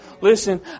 Listen